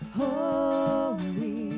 holy